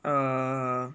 err